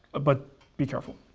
but be careful.